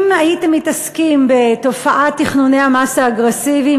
אם הייתם מתעסקים בתופעת תכנוני המס האגרסיביים,